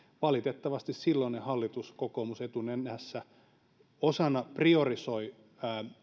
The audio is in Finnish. valitettavasti silloinen hallitus kokoomus etunenässä priorisoi